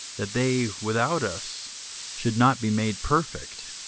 that they without us should not be made perfect.